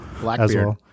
Blackbeard